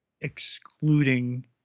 Excluding